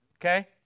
Okay